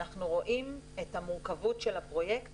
אנחנו רואים את המורכבות של הפרויקט